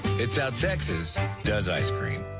it's how texas does ice cream.